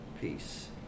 peace